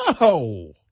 No